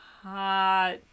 hot